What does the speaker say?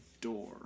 door